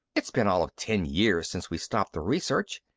it's been all of ten years since we stopped the research.